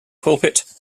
pulpit